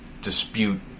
dispute